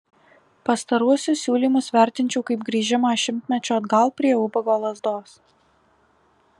pastaruosius siūlymus vertinčiau kaip grįžimą šimtmečiu atgal prie ubago lazdos